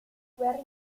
guerre